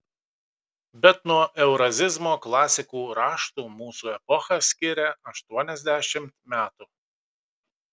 bet nuo eurazizmo klasikų raštų mūsų epochą skiria aštuoniasdešimt metų